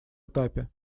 этапе